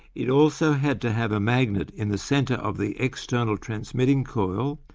it also had to have a magnet in the centre of the external transmitting coil,